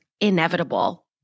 inevitable